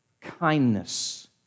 kindness